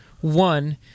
One